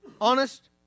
Honest